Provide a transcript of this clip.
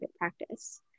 practice